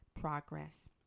Progress